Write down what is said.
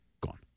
Gone